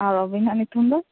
ᱟᱨ ᱟ ᱵᱤᱱᱟᱜ ᱧᱩᱛᱩᱢ ᱫᱚ